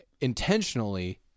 intentionally